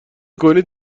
کنید